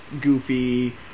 goofy